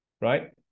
right